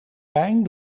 pijn